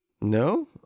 no